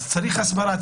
צריך הסברה,